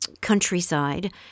countryside